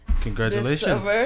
Congratulations